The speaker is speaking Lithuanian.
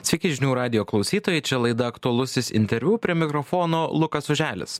sveiki žinių radijo klausytojai čia laida aktualusis interviu prie mikrofono lukas oželis